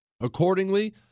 Accordingly